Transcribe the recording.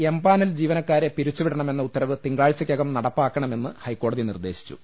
empanel ജീവനക്കാരെ പിരിച്ചുവിടണമെന്ന ഉത്തരവ് തിങ്കളാഴ്ചയ്ക്കകം നടപ്പാക്കണമെന്ന് ഹൈക്കോടതി നിർദ്ദേശി ച്ചു